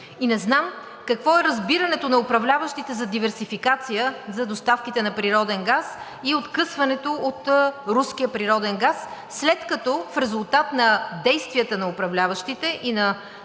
и не знам какво е разбирането на управляващите за диверсификация за доставките на природен газ и откъсването от руския природен газ, след като в резултат на действията на управляващите и на